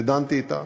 ודנתי אתם,